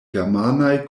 germanaj